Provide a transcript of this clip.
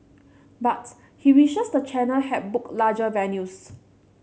but he wishes the channel had booked larger venues